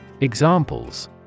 Examples